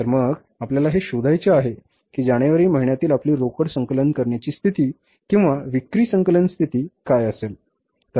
तर मग आपल्याला हे शोधायचे आहे की जानेवारी महिन्यातील आपली रोकड संकलन करण्याची स्थिती किंवा विक्री संकलन स्थिती काय असेल